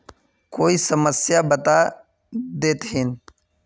कोई समस्या बता देतहिन?